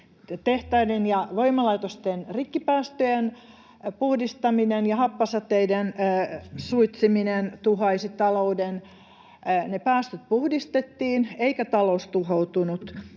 tehtaiden ja voimalaitosten rikkipäästöjen puhdistaminen ja happosateiden suitsiminen tuhoaisi talouden — ne päästöt puhdistettiin, eikä talous tuhoutunut.